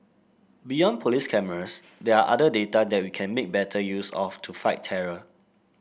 beyond police cameras there are other data that we can make better use of to fight terror